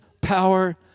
power